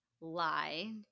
lie